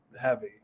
heavy